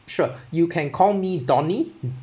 sure you can call me donny